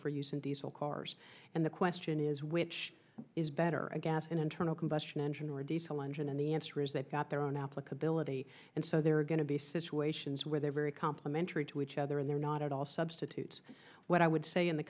for use in diesel cars and the question is which is better a gas an internal combustion engine or a diesel engine and the answer is they've got their own applicability and so there are going to be situations where they're very complementary to each other and they're not at all substitutes what i would say in the